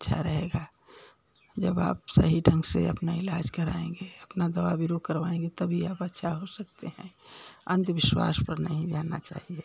अच्छा रहेगा जब आप सही ढंग से अपना इलाज़ कराएंगे अपना दवा वीरो करवाएंगे तभी आप अच्छा हो सकते हैं अन्धविश्वास पर नहीं जाना चाहिए